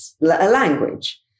language